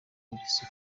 polisi